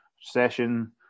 Session